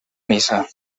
missa